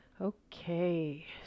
Okay